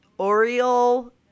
Oriole